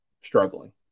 struggling